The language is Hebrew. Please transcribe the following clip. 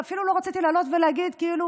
ואפילו לא רציתי לעלות ולהגיד כאילו,